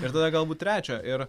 ir tada galbūt trečio ir